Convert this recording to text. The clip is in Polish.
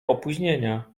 opóźnienia